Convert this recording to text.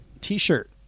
T-shirt